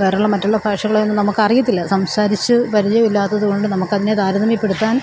വേറെയുള്ള മറ്റുള്ള ഭാഷകളൊന്നും നമുക്കറിയത്തില്ല സംസാരിച്ച് പരിചയമില്ലാത്തതുകൊണ്ട് നമ്മള്ക്ക് അതിനെ താരതമ്യപ്പെടുത്താൻ